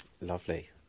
lovely